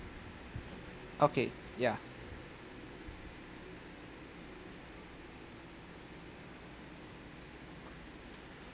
okay yeah